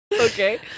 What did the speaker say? Okay